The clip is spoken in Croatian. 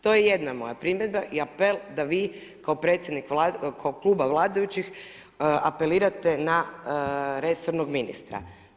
To je jedna moja primjedba i apel da vi kao predsjednik, kao kluba vladajućih apelirate na resornog ministra.